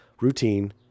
routine